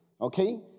okay